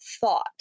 thought